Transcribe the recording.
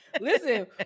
Listen